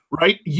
right